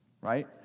Right